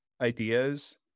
ideas